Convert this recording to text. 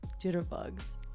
jitterbugs